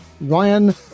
Ryan